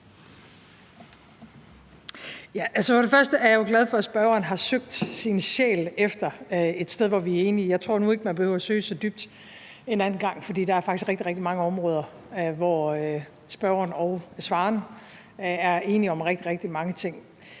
og fremmest er jeg jo glad for, at spørgeren har søgt i sin sjæl efter et sted, hvor vi er enige. Jeg tror nu ikke, man behøver at søge så dybt en anden gang, for der er faktisk rigtig, rigtig mange områder, hvor spørgeren og svareren er enige om rigtig mange ting.